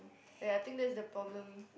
ya I think that's the problem